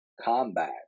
Combat